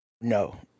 No